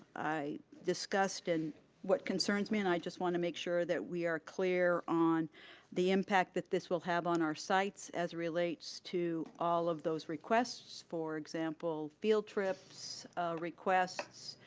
i discussed and what concerns me and i just wanna make sure that we are clear on the impact that this will have on our sites as it relates to all of those requests, for example, field trips requests,